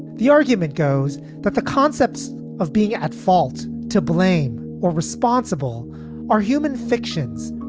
the argument goes that the concepts of being at fault, to blame or responsible are human fictions,